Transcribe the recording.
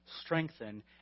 strengthen